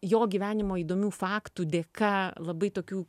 jo gyvenimo įdomių faktų dėka labai tokių